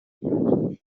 اون